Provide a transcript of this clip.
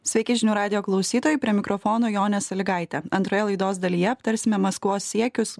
sveiki žinių radijo klausytojai prie mikrofono jonė salygaitė antroje laidos dalyje aptarsime maskvos siekius